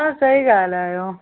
हा सही ॻाल्हि आहे इहो